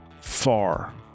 far